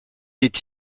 est